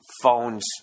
phones